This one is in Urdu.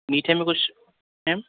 میٹھے میں کچھ میم